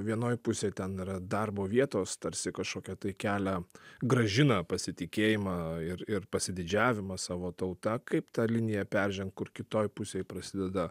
vienoj pusėj ten yra darbo vietos tarsi kažkokią tai kelia grąžina pasitikėjimą ir ir pasididžiavimą savo tauta kaip tą liniją peržengt kur kitoj pusėj prasideda